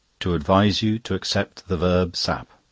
to advise you to accept the verb. sap.